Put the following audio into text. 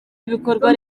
y’ibikorwa